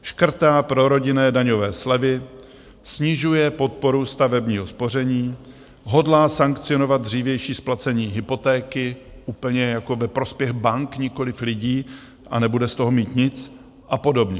Škrtá prorodinné daňové slevy, snižuje podporu stavebního spoření, hodlá sankcionovat dřívější splacení hypotéky úplně ve prospěch bank, nikoliv lidí a nebude z toho mít nic a podobně.